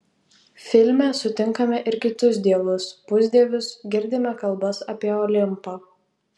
filme sutinkame ir kitus dievus pusdievius girdime kalbas apie olimpą